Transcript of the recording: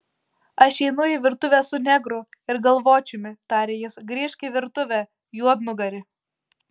aš einu į virtuvę su negru ir galvočiumi tarė jis grįžk į virtuvę juodnugari